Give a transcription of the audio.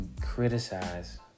criticize